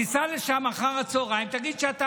תיסע לשם אחר הצוהריים ותגיד שאתה